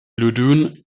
loudoun